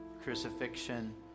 crucifixion